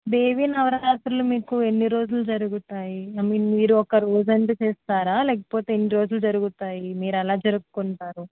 దేవీ నవరాత్రులు మీకు ఎన్ని రోజులు జరుగుతాయి ఐ మీన్ మీరు ఒక రోజంతా చేస్తారా లేకపోతే ఎన్ని రోజులు జరుగుతాయి మీరు ఎలా జరుపుకుంటారు